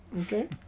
Okay